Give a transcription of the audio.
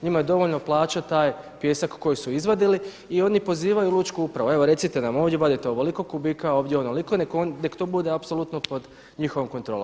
Njima je dovoljno plaćati taj pijesak koji su izvadili i oni pozivaju lučku upravu, evo recite nam ovdje, vadite ovoliko kubika, ondje onoliko nek to bude apsolutno pod njihovom kontrolom.